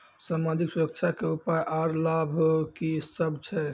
समाजिक सुरक्षा के उपाय आर लाभ की सभ छै?